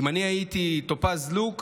אם אני הייתי טופז לוק,